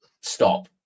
stop